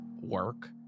work